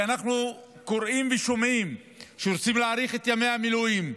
אנחנו קוראים ושומעים שרוצים להאריך את ימי המילואים,